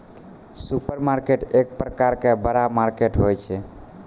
supermarket एक प्रकार रो बड़ा मार्केट होय छै